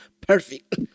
Perfect